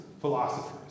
philosophers